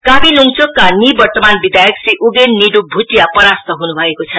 काबी ल्ङचोक का निवर्तमान विधायक श्री उगेन निड्प भ्टिया परास्त हुन् भएको छ